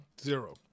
Zero